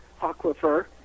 Aquifer